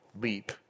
leap